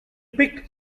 picked